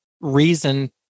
reason